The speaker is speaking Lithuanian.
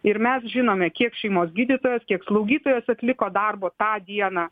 ir mes žinome kiek šeimos gydytojas kiek slaugytojos atliko darbo tą dieną